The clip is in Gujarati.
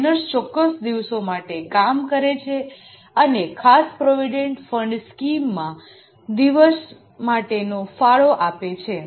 માઇનર્સ ચોક્કસ દિવસો માટે કામ કરે છે અને ખાસ પ્રોવીડેંટ ફંડ સ્કીમમાં દિવસ માટેનો ફાળો આપે છે